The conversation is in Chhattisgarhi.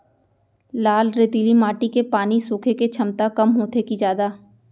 लाल रेतीली माटी के पानी सोखे के क्षमता कम होथे की जादा?